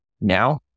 Now